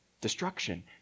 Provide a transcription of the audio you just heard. destruction